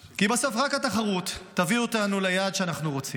כי בסוף רק התחרות תביא אותנו ליעד שאנחנו רוצים.